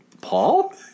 Paul